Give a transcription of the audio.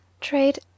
Trade